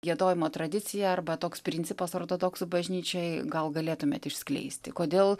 giedojimo tradicija arba toks principas ortodoksų bažnyčioj gal galėtumėt išskleisti kodėl